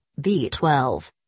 B12